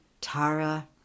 Tara